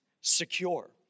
secure